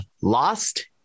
Lost